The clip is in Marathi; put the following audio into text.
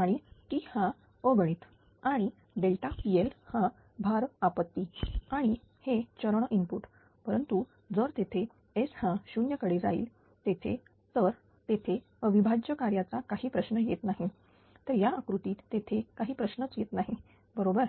आणि t हा अगणित आणि pL हा भार आपत्ती आणि हेचरण इनपुट परंतु जर येथे S हा 0 कडे जाई येथे तर येथे अविभाज्य कार्याचा काही प्रश्न येत नाही तर या आकृतीत येथे काही प्रश्नच येत नाही बरोबर